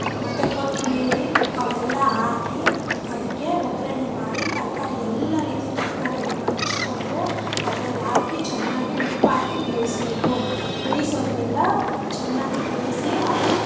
ಮತ್ತೆ ಕೊತ್ತಂಬ್ರಿ ಅವೆಲ್ಲ ಹಾಕಿ ಅದಕ್ಕೆ ಒಗ್ಗರಣೆ ಮಾಡಿ ತರಕಾರಿ ಎಲ್ಲಾ ರೀತಿಯ ತರ್ಕಾರಿಗಳನ್ನ ಹೆಚ್ಚಿಕೊಂಡು ಅದರಲ್ಲಾಕಿ ಚೆನ್ನಾಗಿ ಉಪ್ಪಾಕಿ ಬೇಯಿಸಬೇಕು ಬೇಯಿಸೋದ್ರಿಂದ ಚೆನ್ನಾಗಿ ಬೇಯಿಸಿ ಅದು